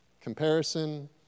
comparison